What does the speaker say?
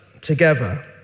together